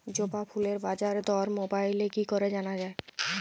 জবা ফুলের বাজার দর মোবাইলে কি করে জানা যায়?